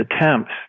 attempts